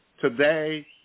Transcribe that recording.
Today